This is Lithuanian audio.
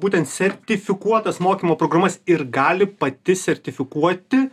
būtent sertifikuotas mokymo programas ir gali pati sertifikuoti